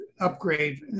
upgrade